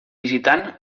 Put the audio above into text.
visitant